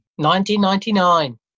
1999